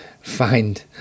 find